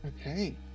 Okay